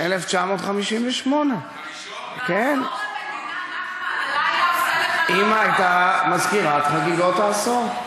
1958. אימא הייתה מזכירת חגיגות העשור.